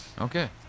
Okay